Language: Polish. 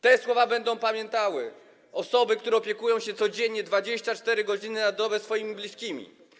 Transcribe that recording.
Te słowa będą pamiętały osoby, które opiekują się codziennie, 24 godziny na dobę, swoimi bliskimi.